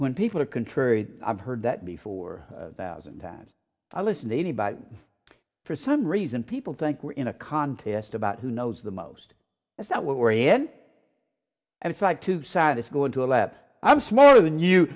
when people are contrary i've heard that before thousand times i listen to anybody for some reason people think we're in a contest about who knows the most is that we're in and it's like two sided is going to a lab i'm smaller than you